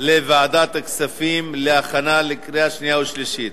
לוועדת הכספים להכנה לקריאה שנייה ושלישית.